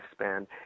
lifespan